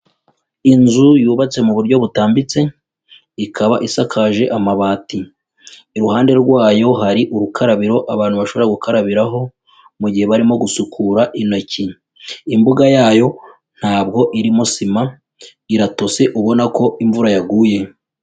Inzu yubatse mu buryo butambitse ikaba isakaje amabati, iruhande rwayo hari urukarabiro abantu bashobora gukarabiraho mu gihe barimo gusukura intoki, imbuga yayo ntabwo irimo sima iratose ubona ko imvura yaguye.